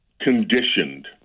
conditioned